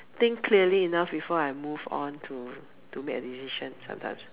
think clearly enough before I move on to to make a decision sometimes mm